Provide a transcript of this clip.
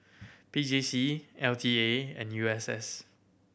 P J C L T A and U S S